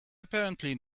apparently